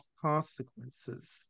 consequences